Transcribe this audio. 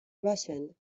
russian